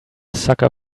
sucker